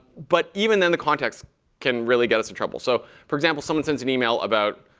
but even then, the context can really get us in trouble. so for example, someone sends an email about,